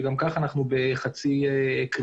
שגם ככה אנחנו בחצי קריסה,